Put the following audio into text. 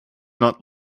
not